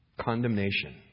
Condemnation